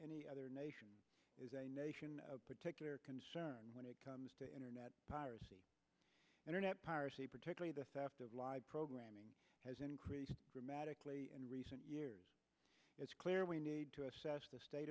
any other nation is a nation of particular concern when it comes to internet piracy internet piracy particularly the theft of live programming has increased dramatically in recent years it's clear we need to assess the state